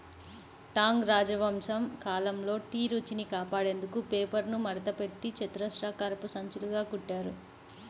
Tang రాజవంశం కాలంలో tea రుచిని కాపాడేందుకు పేపర్ను మడతపెట్టి చతురస్రాకారపు సంచులుగా కుట్టారు